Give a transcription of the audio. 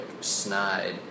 snide